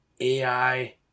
AI